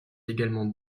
également